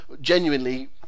genuinely